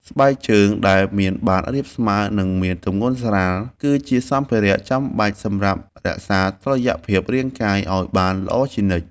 ស្បែកជើងដែលមានបាតរាបស្មើ និងមានទម្ងន់ស្រាល គឺជាសម្ភារៈចាំបាច់សម្រាប់រក្សាតុល្យភាពរាងកាយឱ្យបានល្អជានិច្ច។